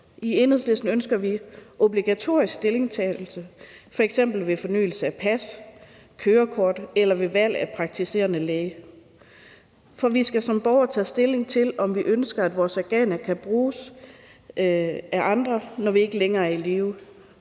I Enhedslisten ønsker vi obligatorisk stillingtagen, f.eks. ved fornyelse af pas eller kørekort eller ved valg af praktiserende læge. For vi skal som borgere tage stilling til, om vi ønsker, at organer kan bruges af andre, når vi ikke længere er i live.